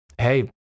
Hey